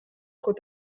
trop